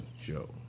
Show